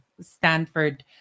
Stanford